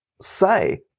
say